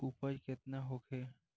उपज केतना होखे?